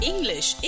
English